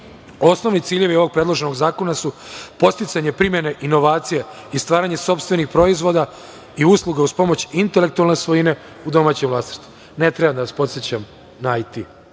ciljevi ovog predloženog zakona su podsticanje primene inovacija i stvaranje sopstvenih proizvoda i usluga uz pomoć intelektualne svojine u domaćem vlasništvu. Ne treba da vas podsećam na IT